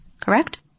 correct